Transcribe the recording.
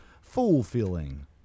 Fulfilling